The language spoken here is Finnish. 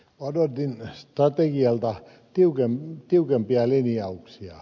odotin strategialta tiukempia linjauksia